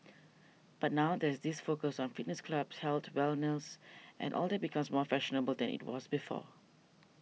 but now there's this focus on fitness clubs health wellness all that becomes more fashionable than it was before